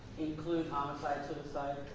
include homicide suicide?